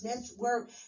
network